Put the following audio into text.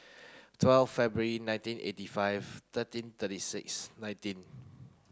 twelve February nineteen eighty five thirteen thirty six nineteen